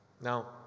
Now